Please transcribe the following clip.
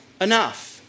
enough